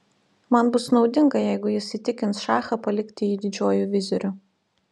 man bus naudinga jeigu jis įtikins šachą palikti jį didžiuoju viziriu